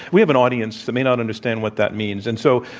we have an audience that may not understand what that means. and so,